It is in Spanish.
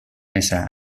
mesa